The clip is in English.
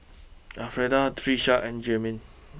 Alfreda Tisha and Jermain